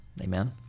amen